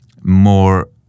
more